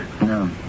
no